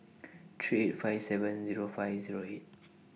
three eight five seven Zero five Zero eight